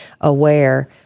aware